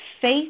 faith